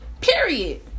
Period